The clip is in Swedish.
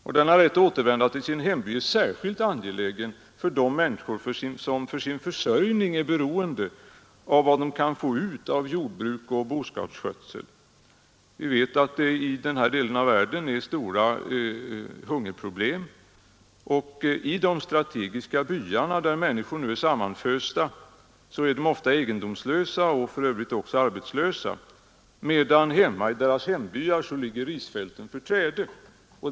Rätten att återvända till sin hemby är särskilt betydelsefull för de människor som för sin försörjning är beroende av vad de kan få ut av jordbruk och boskapsskötsel. Vi vet ju att det i denna del av världen finns stora hungerproblem, och i de strategiska byarna, där människor nu är sammanfösta, är de ofta egendomslösa och för övrigt också arbetslösa, medan risfälten ligger i träde i deras hembyar.